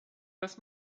dass